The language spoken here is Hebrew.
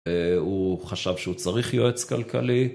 הוא חשב שהוא צריך יועץ כלכלי.